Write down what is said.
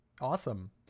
Awesome